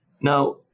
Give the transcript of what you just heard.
Now